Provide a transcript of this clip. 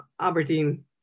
Aberdeen